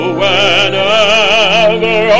whenever